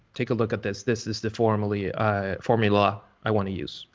take a look at this, this is the formula i formula i wanna use.